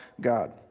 God